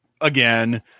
again